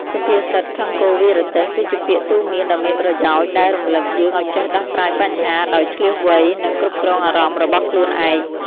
សុភាសិត «ខឹងគោ វាយរទេះ» គឺជាពាក្យទូន្មានដ៏មានប្រយោជន៍ដែលរំលឹកយើងឲ្យចេះដោះស្រាយបញ្ហាដោយឈ្លាសវៃ និងគ្រប់គ្រងអារម្មណ៍របស់ខ្លួនឯង។